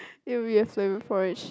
it will be a flavor porridge